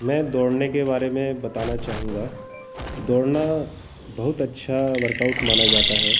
मैं दौड़ने के बारे में बताना चाहूंगा दौड़ना बहुत अच्छा वर्कआउट माना जाता है